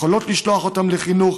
יכולות לשלוח אותם לחינוך,